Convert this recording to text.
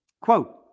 quote